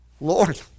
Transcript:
Lord